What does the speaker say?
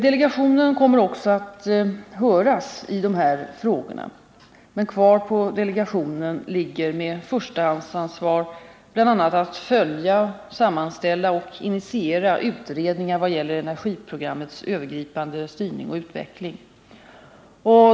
Delegationen kommer också att höras i dessa frågor, men kvar på delegationen ligger med förstahandsansvar bl.a. att följa, sammanställa och initiera utredningar vad gäller energisparprogrammets övergripande styrning och utveckling.